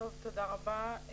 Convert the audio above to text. תודה רבה.